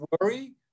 worry